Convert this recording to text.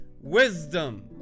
wisdom